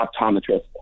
optometrist